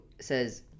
says